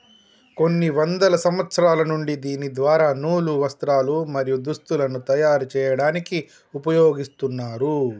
కొన్ని వందల సంవత్సరాల నుండి దీని ద్వార నూలు, వస్త్రాలు, మరియు దుస్తులను తయరు చేయాడానికి ఉపయోగిస్తున్నారు